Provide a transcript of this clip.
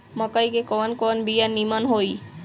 मकई के कवन कवन बिया नीमन होई?